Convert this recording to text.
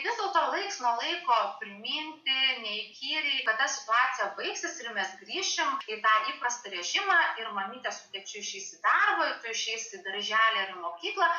vis dėlto laiks nuo laiko priminti neįkyriai kad ta situacija baigsis ir mes grįšim į tą įprastą režimą ir mamytę su tėčiu išeis į darbą tu išeisi į darželį ar į mokyklą